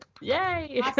Yay